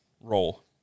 roll